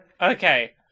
Okay